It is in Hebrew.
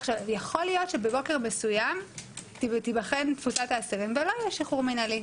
יכול להיות שבבוקר מסוים תיבחן תפוסת האסירים ולא יהיה שחרור מינהלי,